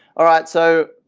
alright so,